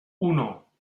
uno